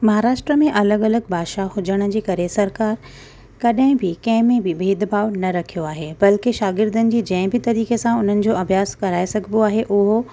महाराष्ट्रा में अलॻि अलॻि भाषा हुजण जे करे सरकार कॾहिं बि कंहिंमें बि भेदभाव न रखियो आहे बल्कि शागिर्दनि जी जंहिं बि तरीक़े सां हुननि जो अभ्यास कराए सघिबो आहे उहो